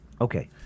Okay